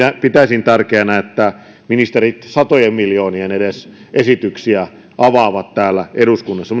pitäisin tärkeänä että ministerit edes satojen miljoonien esityksiä avaavat täällä eduskunnassa